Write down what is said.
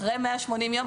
אחרי 180 יום,